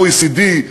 OECD,